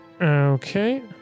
okay